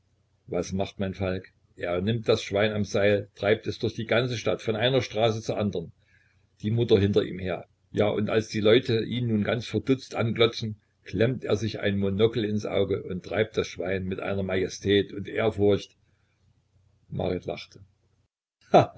was macht mein falk er nimmt das schwein am seil treibt es durch die ganze stadt von einer straße zur andern die mutter hinter ihm her ja und als die leute ihn nun ganz verdutzt anglotzen klemmt er sich ein monokel ins auge und treibt das schwein mit einer majestät und ehrfurcht marit lachte